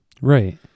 Right